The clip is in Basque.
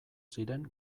ziren